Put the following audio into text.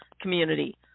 community